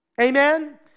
Amen